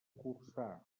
corçà